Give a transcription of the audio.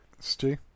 Stu